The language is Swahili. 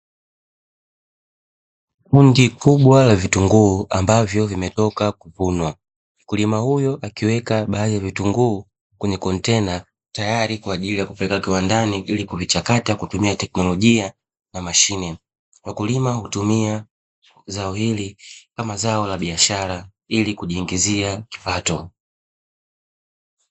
Kundi kubwa la vitunguu ambavyo vimetoka kuvunwa, mkulima huyo akiweka baadhi ya vitunguu kwenye kontena tayari kwa ajili ya kupeleka kiwandani ili kuvichakata kwa kutumia teknolojia na mashine, wakulima hutumia zao hili kama zao la biashara ili kujiingizia kipato.